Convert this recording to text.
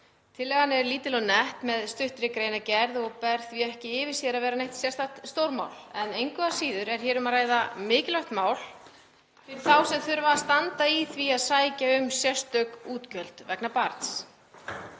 Tillagan er lítil og nett með stuttri greinargerð og ber því ekki með sér að vera neitt sérstakt stórmál. Engu að síður er hér um að ræða mikilvægt mál fyrir þá sem þurfa að standa í því að sækja um sérstök útgjöld vegna barns.